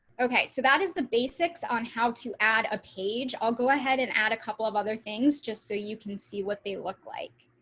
okay, so that is the basics on how to add a page. i'll go ahead and add a couple of other things, just so you can see what they look like.